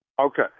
Okay